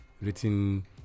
written